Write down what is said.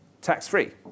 tax-free